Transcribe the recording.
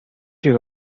you